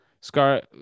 Scar